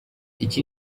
iki